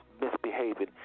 misbehaving